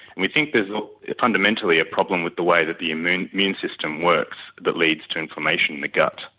we think there is fundamentally a problem with the way that the immune immune system works that leads to inflammation in the gut.